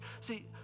See